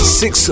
six